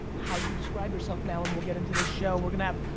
how you describe yourself now and we'll get into this show? we're gonna have,